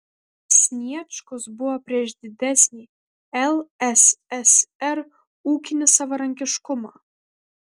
sniečkus buvo prieš didesnį lssr ūkinį savarankiškumą